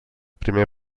primer